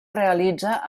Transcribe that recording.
realitza